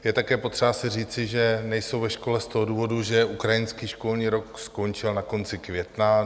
Je také třeba si říci, že nejsou ve škole z důvodu toho, že ukrajinský školní rok skončil na konci května.